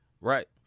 Right